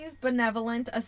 benevolent